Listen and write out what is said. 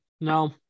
no